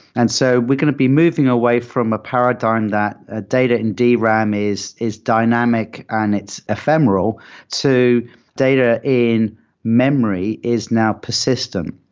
and so we could be moving away from a paradigm that a data in dram is is dynamic and ephemeral to data in memory is now persistent.